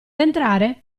entrare